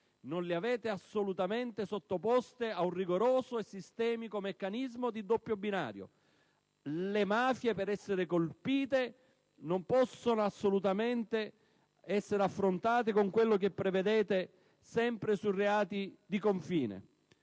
Non le avete assolutamente sottoposte a un rigoroso e sistemico meccanismo di doppio binario. Le mafie, per essere colpite, non possono assolutamente essere affrontate con quello che prevedete sempre per i reati di confine.